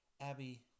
Abby